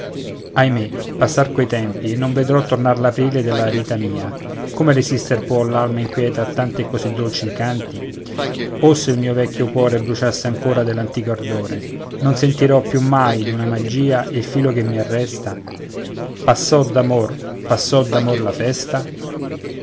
ahimè passr quei tempi e non vedrò tornar l'aprile della vita mia come resister può l'alma inquieta a tanti e così dolci incanti oh se il mio vecchio cuore bruciasse ancora dell'antico ardore non sentirò più mai d'una magìa il filo che mi arresta passò d'amor passò d'amor la festa